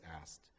asked